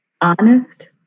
honest